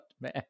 man